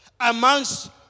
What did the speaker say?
amongst